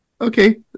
Okay